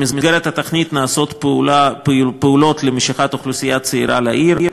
במסגרת התוכנית נעשות פעולות למשיכת אוכלוסייה צעירה לעיר.